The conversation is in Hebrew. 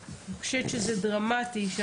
ביוני כבר הקמנו.